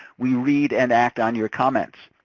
we read and act on your comments.